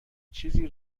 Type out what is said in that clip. چیزی